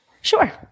Sure